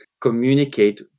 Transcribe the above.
communicate